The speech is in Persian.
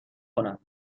کند